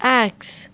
axe